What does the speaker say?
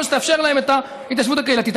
שתאפשר להם את ההתיישבות הקהילתית.